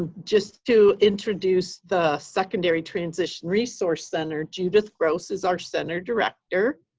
and just to introduce the secondary transition resource center judith gross is our center director.